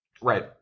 Right